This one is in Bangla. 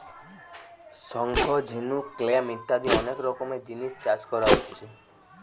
শঙ্খ, ঝিনুক, ক্ল্যাম ইত্যাদি অনেক রকমের জিনিস চাষ কোরা হচ্ছে